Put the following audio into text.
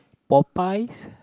Popoyes